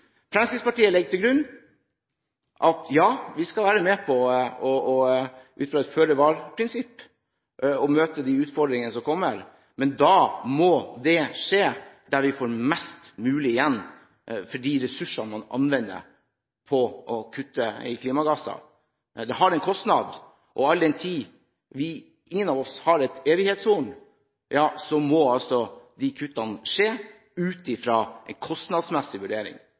Fremskrittspartiet legger til grunn at ja, vi skal – ut fra et føre-var-prinsipp – være med på å møte de utfordringene som kommer, men da må det skje der vi får mest mulig igjen for de ressursene vi anvender på å kutte i klimagasser. Det har en kostnad, og all den tid ingen av oss har et evighetshorn, må de kuttene skje ut fra en kostnadsmessig vurdering.